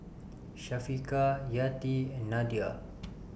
Syafiqah Yati and Nadia